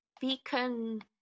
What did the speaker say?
Beacon